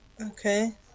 Okay